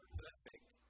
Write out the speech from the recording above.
perfect